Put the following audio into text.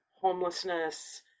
homelessness